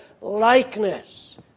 likeness